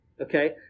okay